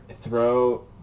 throw